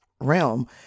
realm